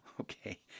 Okay